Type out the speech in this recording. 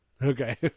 Okay